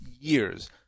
years